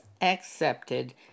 accepted